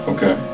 Okay